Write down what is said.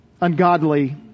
ungodly